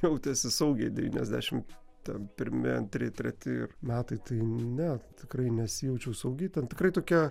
jautėsi saugiai devyniasdešimt ten pirmi antri treti metai tai ne tikrai nesijaučiau saugiai ten tikrai tokia